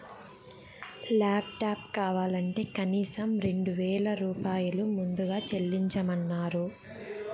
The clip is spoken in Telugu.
లాప్టాప్ కావాలంటే కనీసం రెండు వేల రూపాయలు ముందుగా చెల్లించమన్నరు